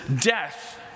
death